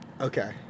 Okay